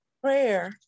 Prayer